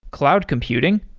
cloud computing,